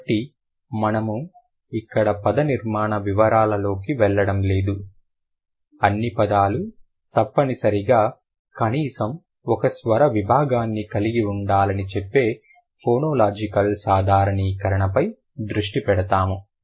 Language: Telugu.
కాబట్టి మనము ఇక్కడ పదనిర్మాణ వివరాలలోకి వెళ్లడం లేదు అన్ని పదాలు తప్పనిసరిగా కనీసం ఒక స్వర విభాగాన్ని కలిగి ఉండాలని చెప్పే ఫోనోలాజికల్ సాధారణీకరణపై దృష్టి పెడతాము